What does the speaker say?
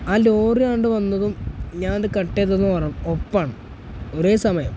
ആ ലോറിയങ്ങാണ്ട് വന്നതും ഞാനത് കട്ട് ചെയ്തുവെന്ന് പറയാം ഒപ്പമാണ് ഒരേ സമയം